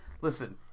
listen